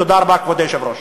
תודה רבה, כבוד היושב-ראש.